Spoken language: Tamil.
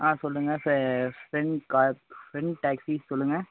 ஆ சொல்லுங்கள் ஃபிரண்ட் ஃபிரண்ட் டாக்சி சொல்லுங்கள்